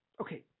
okay